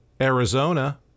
Arizona